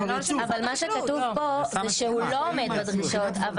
אבל כאן כתוב שהוא לא עומד בדרישות אבל